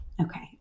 Okay